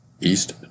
East